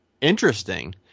interesting